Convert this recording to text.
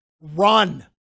run